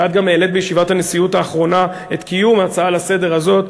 ואת גם העלית בישיבת הנשיאות האחרונה את קיום ההצעה לסדר-היום הזאת,